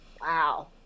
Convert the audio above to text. Wow